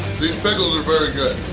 these pickles are very good.